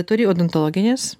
turi odontologinės